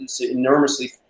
enormously